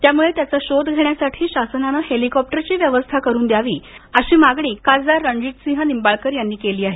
त्यामुळे त्याचा शोध घेण्यासाठी शासनाने हेलिकॉप्टरची व्यवस्था करुन द्यावी अशी मागणी माढा इथले लोकसभासदस्य रणजितसिंह निंबाळकर यांनी केली आहे